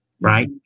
right